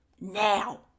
Now